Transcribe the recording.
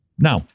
Now